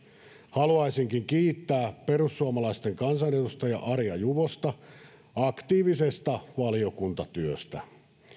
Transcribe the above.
haluaisinkin kiittää perussuomalaisten kansanedustaja arja juvosta aktiivisesta valiokuntatyöstä